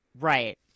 right